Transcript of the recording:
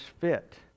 fit